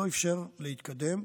זה לא אפשר להתקדם.